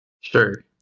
Sure